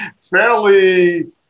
fairly